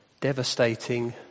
devastating